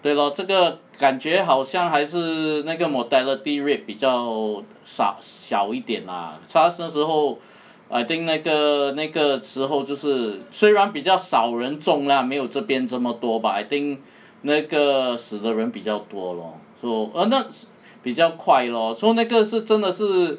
对 lor 这个感觉好像还是那个 mortality rate 比较稍少小一点 lah SARS 那时候 I think 那个那个之后就是虽然比较少人中 lah 没有这边这么多 but I think 那个死的人比较多 lor ah 那比较快 lor so 那个是真的是